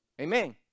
Amen